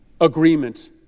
agreement